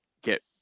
get